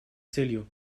целью